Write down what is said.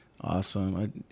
Awesome